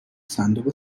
صندوق